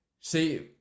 See